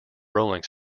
rolling